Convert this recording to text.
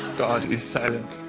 god is silent.